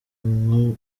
nko